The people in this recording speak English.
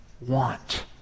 want